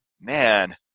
man